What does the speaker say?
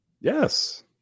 Yes